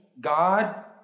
God